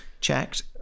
checked